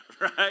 right